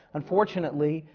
unfortunately,